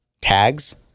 tags